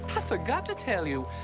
forgot to tell you.